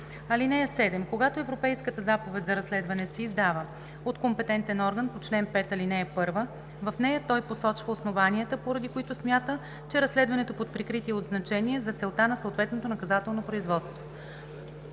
(7) Когато Европейската заповед за разследване се издава от компетентен орган по чл. 5, ал. 1, в нея той посочва основанията, поради които смята, че разследването под прикритие е от значение за целта на съответното наказателно производство.“